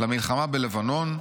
למלחמה בלבנון,